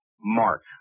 mark